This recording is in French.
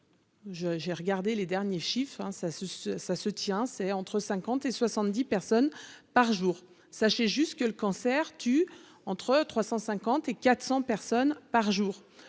j'ai regardé les derniers chiffres hein, ça se ça se tient, c'est entre 50 et 70 personnes par jour, sachez juste que le cancer tue entre 350 et 400 personnes par jour,